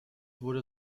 wurde